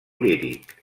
líric